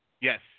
Yes